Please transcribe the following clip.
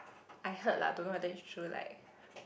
I heard lah don't know whether is true like